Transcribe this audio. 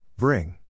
Bring